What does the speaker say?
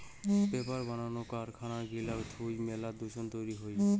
paper বানানো কারখানা গিলা থুই মেলা দূষণ তৈরী হই